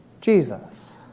Jesus